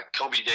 Kobe